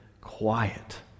quiet